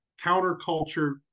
counterculture